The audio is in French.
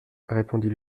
répondit